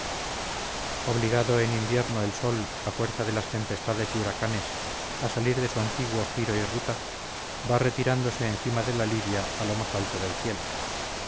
el sol a fuerza de las tempestades y huracanes a salir de su antiguo giro y ruta va retirándose encima de la libia a lo más alto del cielo